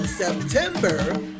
September